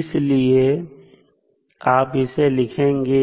इसलिए आप इसे लिखेंगे